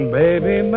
baby